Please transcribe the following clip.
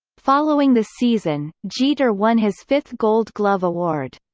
following the season, jeter won his fifth gold glove award.